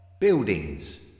Buildings